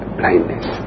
blindness